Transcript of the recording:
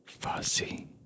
Fuzzy